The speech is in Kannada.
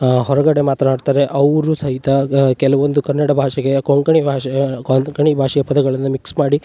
ಹೊರಗಡೆ ಮಾತನಾಡ್ತಾರೆ ಅವರೂ ಸಹಿತ ಕೆಲವೊಂದು ಕನ್ನಡ ಭಾಷೆಗೆ ಕೊಂಕಣಿ ಭಾಷೆಯ ಕೊಂಕಣಿ ಭಾಷೆಯ ಪದಗಳನ್ನು ಮಿಕ್ಸ್ ಮಾಡಿ